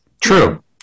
True